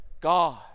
God